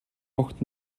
огт